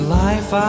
life